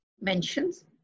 mentions